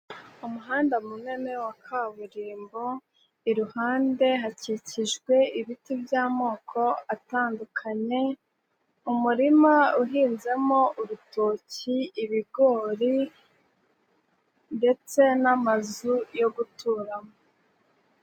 Umuhanda munini wa kaburimbo, iruhande hakikijwe ibiti by'amoko atandukanye, umurima uhinzemo urutoki, ibigori ndetse n'amazu yo guturamo.